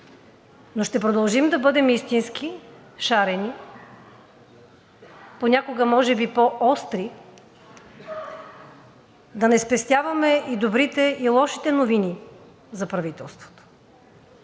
но ще продължим да бъдем истински, шарени, понякога може би по-остри – да не спестяваме и добрите, и лошите новини за правителството,